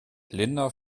linda